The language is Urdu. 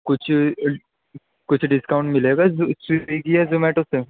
کچھ کچھ ڈسکاؤنٹ مِلے گا سوگی یا زومیٹو سے